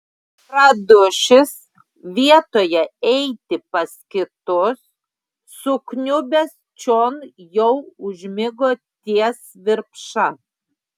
radušis vietoje eiti pas kitus sukniubęs čion jau užmigo ties virpša